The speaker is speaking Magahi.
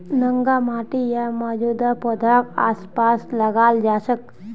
नंगा माटी या मौजूदा पौधाक आसपास लगाल जा छेक